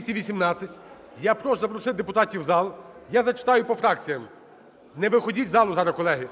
За-218 Я прошу запросити депутатів в зал. Я зачитаю по фракціям. Не виходіть з залу зараз, колеги.